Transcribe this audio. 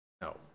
no